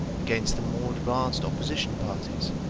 against the more advanced opposition parties,